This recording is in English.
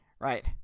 right